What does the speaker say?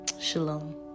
Shalom